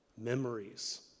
memories